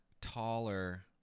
taller